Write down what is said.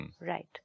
Right